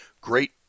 great